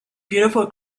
beautiful